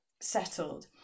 settled